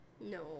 No